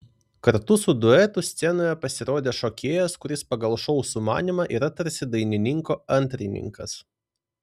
kartu su duetu scenoje pasirodė šokėjas kuris pagal šou sumanymą yra tarsi dainininko antrininkas